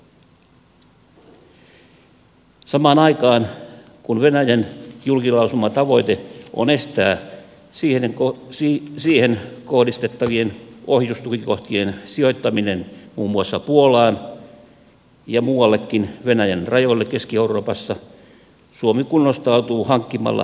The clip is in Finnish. samaan aikaan kun venäjän julkilausuma tavoite on estää siihen kohdistettavien ohjustukikohtien sijoittaminen muun muassa puolaan ja muuallekin venäjän rajoille keski euroopassa suomi kunnostautuu hankkimalla hyökkäysohjuksia yhdysvalloista